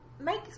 Make